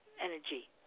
energy